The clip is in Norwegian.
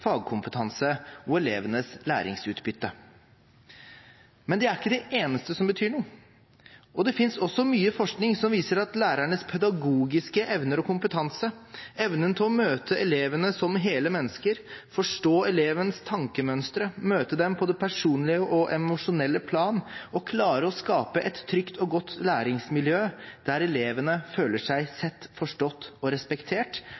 fagkompetanse og elevenes læringsutbytte. Men det er ikke det eneste som betyr noe. Og det finnes også mye forskning som viser at lærernes pedagogiske evner og kompetanse, evnen til å møte elevene som hele mennesker, forstå elevenes tankemønstre, møte dem på det personlige og emosjonelle plan og klare å skape et trygt og godt læringsmiljø der elevene føler seg sett, forstått og respektert,